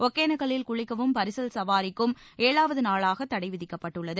ஒகேளக்கல்லில் குளிக்கவும் பரிசல் சவாரிக்கும் ஏழாவது நாளாக தடை விதிக்கப்பட்டுள்ளது